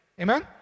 Amen